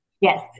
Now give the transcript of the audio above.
Yes